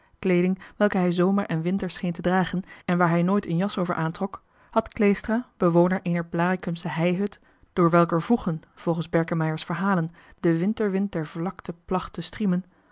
kleeding welke hij zomer en winter scheen te dragen en waar hij nooit een jas over aantrok had hij de bewoner der blaricumsche heihut door welker voegen volgens berkemeier's verhalen de winterwind der vlakte placht te striemen